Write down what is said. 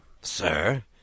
Sir